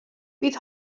bydd